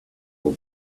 will